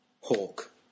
Hawk